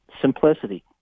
simplicity